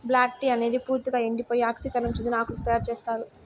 black tea అనేది పూర్తిక ఎండిపోయి ఆక్సీకరణం చెందిన ఆకులతో తయారు చేత్తారు